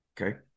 okay